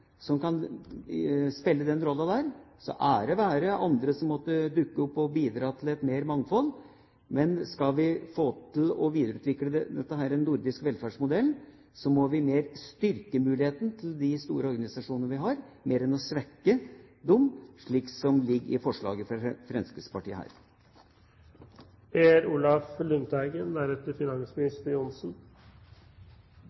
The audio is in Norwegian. som kan spille den rollen. Ære være andre som måtte dukke opp og bidra til mer mangfold, men skal vi få til å videreutvikle den nordiske velferdsmodellen, må vi mer styrke mulighetene til de store organisasjonene enn å svekke dem, slik som det går fram av forslaget fra Fremskrittspartiet.